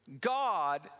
God